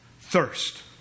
thirst